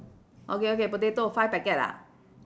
okay okay potato five packet ah